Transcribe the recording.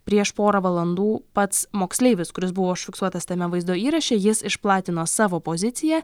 prieš porą valandų pats moksleivis kuris buvo užfiksuotas tame vaizdo įraše jis išplatino savo poziciją